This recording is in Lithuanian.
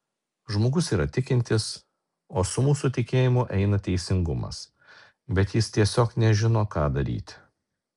žmogus yra tikintis o su mūsų tikėjimu eina teisingumas bet jis tiesiog nežino ką daryti